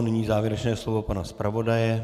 Nyní závěrečné slovo pana zpravodaje.